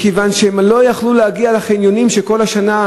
מכיוון שהם לא יכלו להגיע לחניונים שבכל שנה